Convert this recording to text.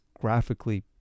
graphically